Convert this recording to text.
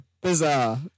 bizarre